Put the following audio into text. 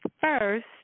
first